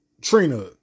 Trina